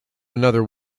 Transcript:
another